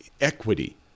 equity